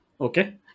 Okay